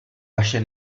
vaše